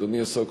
אדוני השר,